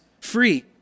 free